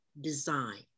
design